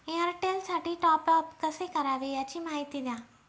एअरटेलसाठी टॉपअप कसे करावे? याची माहिती द्या